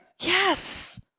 Yes